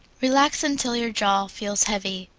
relax until your jaw feels heavy,